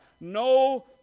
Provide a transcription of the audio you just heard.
no